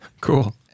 Cool